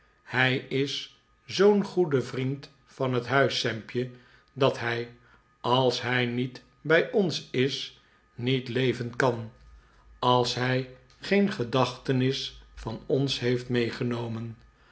hij is zoo n goed vriend van het huis sampje dat hij als hij niet bij ons is niet leven kan als hij geen gedachtenis van ons heeft meegenomen